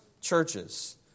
churches